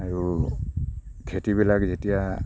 আৰু খেতিবিলাক যেতিয়া